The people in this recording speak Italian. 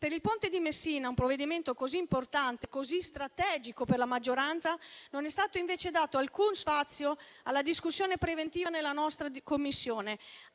Per il Ponte di Messina, un provvedimento così importante e così strategico per la maggioranza, non è stato invece dato alcuno spazio alla discussione preventiva nella nostra Commissione,